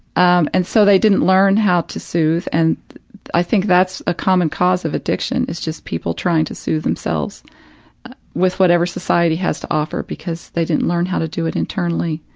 um and so they didn't learn how to soothe and i think that's a common cause of addiction is just people trying to soothe themselves with whatever society has to offer, because they didn't learn how to do it internally.